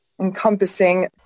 encompassing